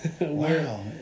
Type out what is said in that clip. wow